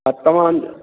ह तव्हां